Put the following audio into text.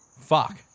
Fuck